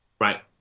right